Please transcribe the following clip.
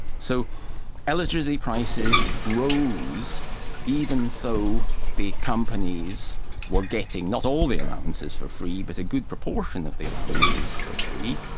so electricity prices rose even though the companies were getting not all the allowances for free, but a good proportion of the allowances for free,